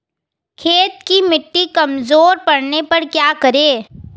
खेत की मिटी कमजोर पड़ने पर क्या करें?